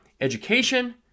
education